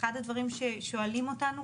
אחד הדברים ששואלים אותנו,